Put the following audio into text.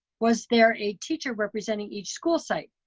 was there a teacher representing each school site?